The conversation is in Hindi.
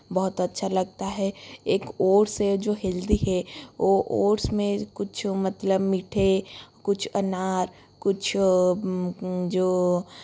बहुत अच्छा लगता है एक ओट्स है जो हेल्दी है वो ओट्स में कुछ मतलब मीठे कुछ अनार कुछ जो